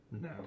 No